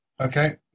okay